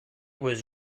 was